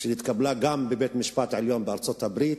שנתקבלה גם בבית-המשפט העליון בארצות-הברית.